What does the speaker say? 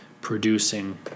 producing